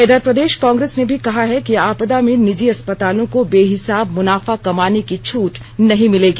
इधर प्रदेश कांग्रेस ने भी कहा है कि आपदा में निजी अस्पतालों को बेहिसाब मुनाफा कमाने की छूट नहीं मिलेगी